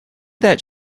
that